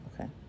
okay